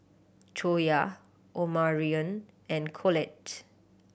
Toya Omarion and Collette